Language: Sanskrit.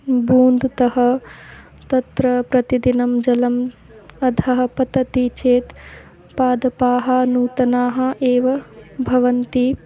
बून्द्तः तत्र प्रतिदिनं जलम् अधः पतति चेत् पादपाः नूतनाः एव भवन्ति